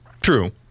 True